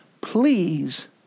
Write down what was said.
Please